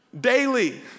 daily